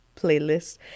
playlist